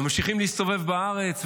ממשיכים להסתובב בארץ,